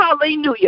Hallelujah